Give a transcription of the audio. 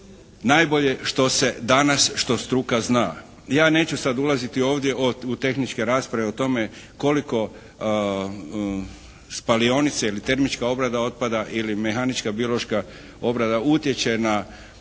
najbolje što se danas, što struka zna. Ja neću sada ulaziti ovdje u tehničke rasprave o tome koliko spalionica ili termička obrada otpada, ili mehanička, biološka obrada utječe na okoliš